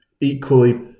equally